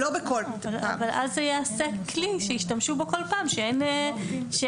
אבל אז זה ייעשה כלי שישתמשו בו כל פעם כשאין מכסות.